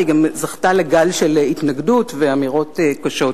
והיא גם זכתה לגל של התנגדות ואמירות קשות.